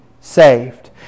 saved